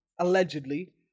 allegedly